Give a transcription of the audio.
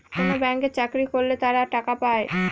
কোনো ব্যাঙ্কে চাকরি করলে তারা টাকা পায়